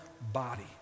body